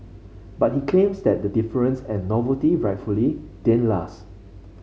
but he claims that the deference and novelty rightfully didn't last